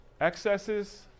excesses